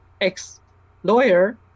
ex-lawyer